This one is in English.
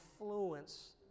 influence